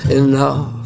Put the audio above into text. enough